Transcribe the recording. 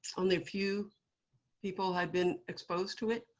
only a few people had been exposed to it.